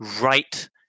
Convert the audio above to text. right